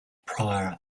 prior